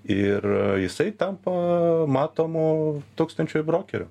ir jisai tampa matomu tūkstančiui brokerių